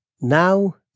Now